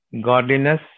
godliness